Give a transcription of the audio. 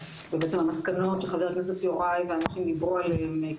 ובעצם המסקנות שחבר הכנסת יוראי ואנשים דיברו עליהם,